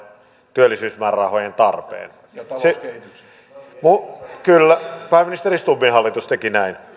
työllisyysmäärärahojen tarpeen kyllä pääministeri stubbin hallitus teki näin